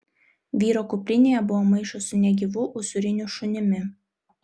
vyro kuprinėje buvo maišas su negyvu usūriniu šunimi